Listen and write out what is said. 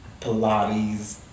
Pilates